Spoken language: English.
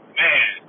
man